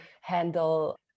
handle